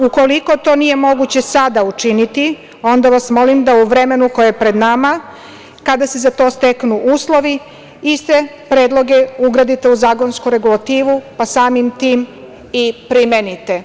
Ukoliko to nije moguće sada učiniti, onda vas molim da u vremenu koje je pred nama, kada se za to steknu uslovi, iste predloge ugradite u zakonsku regulativu, pa samim tim i primenite.